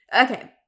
Okay